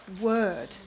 word